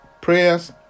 prayers